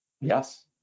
Yes